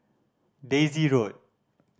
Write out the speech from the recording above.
Daisy Road